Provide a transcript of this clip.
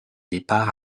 départ